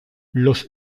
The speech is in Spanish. los